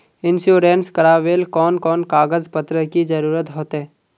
Insurance करावेल कोन कोन कागज पत्र की जरूरत होते?